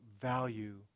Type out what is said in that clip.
value